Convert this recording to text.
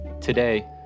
Today